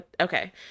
Okay